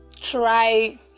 try